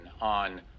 on